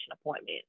appointment